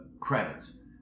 credits